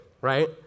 right